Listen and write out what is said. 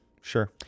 Sure